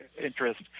interest